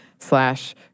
slash